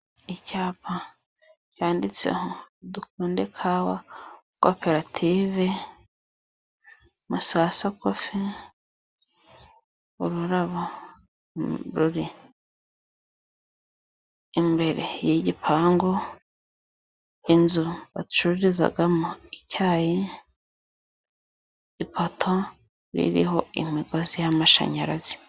Icyapa cyanditseho dukunde kawa koperative Masasokofi ururabo ruri imbere y'igipangu inzu bacururizamo icyayi ipoto iriho imigozi y'amashanyarazi.